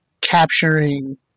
capturing